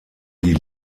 die